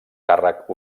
càrrec